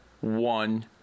one